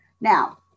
Now